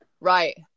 Right